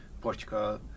Portugal